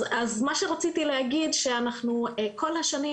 אז מה שרציתי להגיד שאנחנו כל השנים